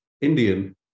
Indian